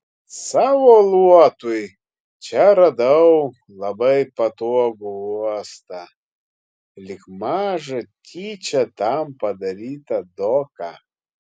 savo luotui čia radau labai patogų uostą lyg mažą tyčia tam padarytą doką